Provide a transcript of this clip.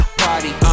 party